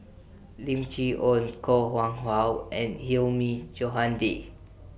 Lim Chee Onn Koh Nguang How and Hilmi Johandi